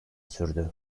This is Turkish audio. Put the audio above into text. sürdü